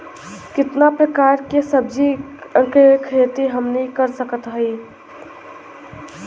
कितना प्रकार के सब्जी के खेती हमनी कर सकत हई?